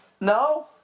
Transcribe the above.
No